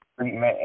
treatment